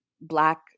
Black